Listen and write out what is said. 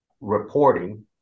reporting